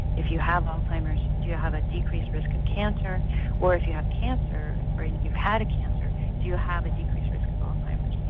if you have alzheimer's do you have a decreased risk of cancer or if you have cancer or you've had a cancer do you have a decreased risk of alzheimer's?